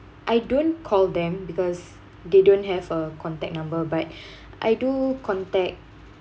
I don't call them because they don't have a contact number but I do contact